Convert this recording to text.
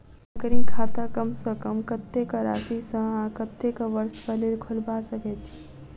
recurring खाता कम सँ कम कत्तेक राशि सऽ आ कत्तेक वर्ष कऽ लेल खोलबा सकय छी